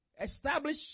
establish